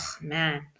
man